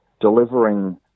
delivering